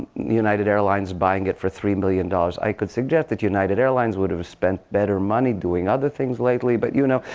united airlines buying it for three million dollars. i could suggest that united airlines would have spent better money doing other things lately. but you know,